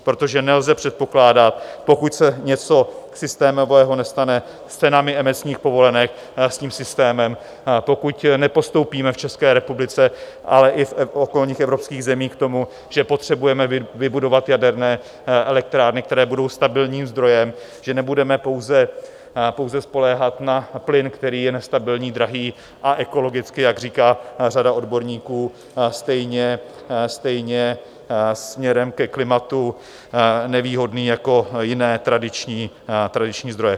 Protože nelze předpokládat, pokud se něco systémového nestane s cenami emisních povolenek, s tím systémem, pokud nepostoupíme v České republice, ale i v okolních evropských zemích k tomu, že potřebujeme vybudovat jaderné elektrárny, které budou stabilním zdrojem, že nebudeme pouze spoléhat na plyn, který je nestabilní, drahý a ekologicky, jak říká řada odborníků, stejně směrem ke klimatu nevýhodný jako jiné tradiční zdroje.